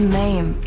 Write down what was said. name